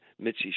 Mitzi